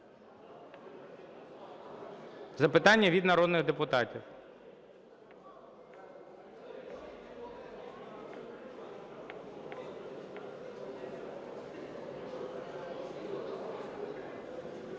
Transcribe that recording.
Запитання від народних депутатів.